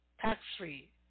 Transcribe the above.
Tax-free